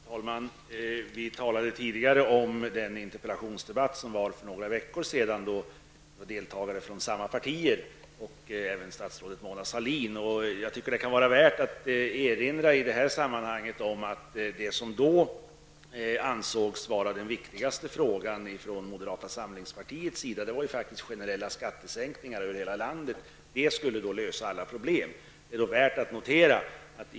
Herr talman! Vi talade tidigare om den interpellationsdebatt som fördes för några veckor sedan med deltagare från samma partier och även statsrådet Mona Sahlin. Det kan i detta sammanhang vara värt att erinra om att det som moderata samlingspartiet då ansåg som viktigaste frågan faktiskt var generella skattesänkningar över hela landet. Det skulle då lösa alla problem.